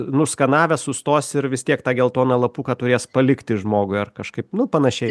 nuskanavęs sustos ir vis tiek tą geltoną lapuką turės palikti žmogui ar kažkaip nu panašiai